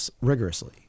rigorously